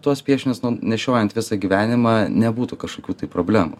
tuos piešinius nu nešiojant visą gyvenimą nebūtų kažkokių problemų